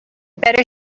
better